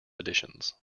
editions